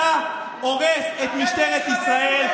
אתה הורס את משטרת ישראל.